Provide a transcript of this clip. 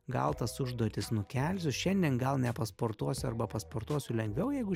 gal tas užduotis nukelsiu šiandien gal nepasportuosiu arba pasportuosiu lengviau jeigu